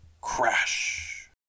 Crash